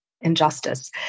injustice